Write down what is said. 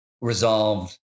resolved